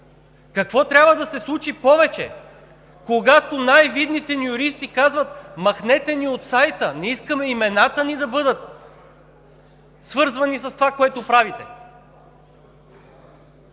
Какво трябва да се случи повече, когато най-видните ни юристи казват: „Махнете ни от сайта, не искаме имената ни да бъдат свързвани с това, което правите.“?